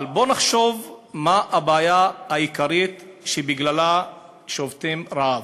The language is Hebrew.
אבל בואו נחשוב מה הבעיה העיקרית שבגללה שובתים רעב,